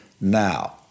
now